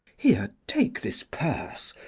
here, take this purse,